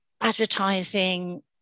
advertising